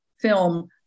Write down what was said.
film